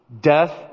death